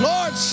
Lord